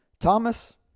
Thomas